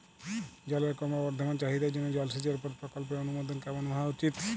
জলের ক্রমবর্ধমান চাহিদার জন্য জলসেচের উপর প্রকল্পের অনুমোদন কেমন হওয়া উচিৎ?